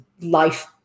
life